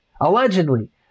Allegedly